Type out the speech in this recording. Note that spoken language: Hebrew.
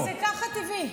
אבל זה ככה טבעי.